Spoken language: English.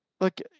look